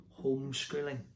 homeschooling